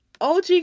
OG